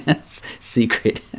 secret